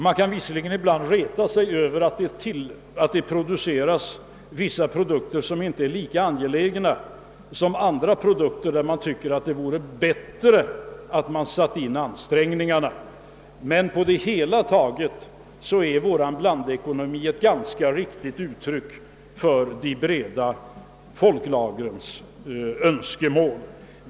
Man kan visserligen ibland reta sig på att det tillverkas vissa produkter som inte är lika angelägna som andra där man tycker att det vore bättre om ansträngningarna sattes in, men på det hela taget är vår blandekonomi ett ganska riktigt uttryck för de breda folklagrens önskemål.